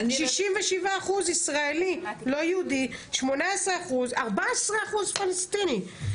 67 אחוז ישראלי לא יהודי, 14 אחוז פלסטינים.